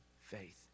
faith